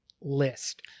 list